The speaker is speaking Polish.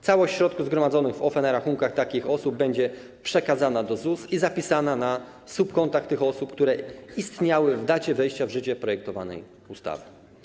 Całość środków zgromadzonych w OFE na rachunkach takich osób będzie przekazana do ZUS i zapisana na subkontach tych osób, które istniały w momencie wejścia w życie projektowanej ustawy.